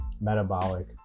metabolic